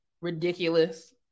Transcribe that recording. ridiculous